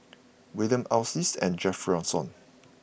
Wiliam Alys and Jefferson